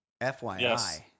FYI